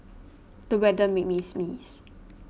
the weather made me sneeze